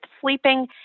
sleeping